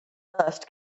dust